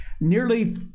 Nearly